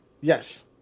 Yes